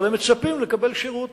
אבל הם מצפים לקבל שירות,